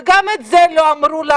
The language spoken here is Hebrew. וגם את זה לא אמרו לנו.